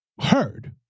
heard